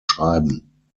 schreiben